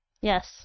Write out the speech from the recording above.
Yes